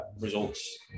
results